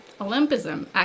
Olympism